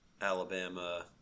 Alabama